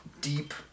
deep